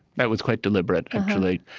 that was quite deliberate, actually.